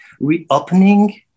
reopening